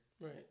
Right